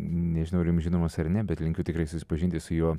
nežinau ar jums žinomas ar ne bet linkiu tikrai susipažinti su jo